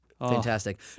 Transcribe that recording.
fantastic